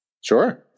Sure